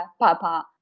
papa